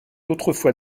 autrefois